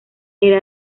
era